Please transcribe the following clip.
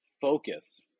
focus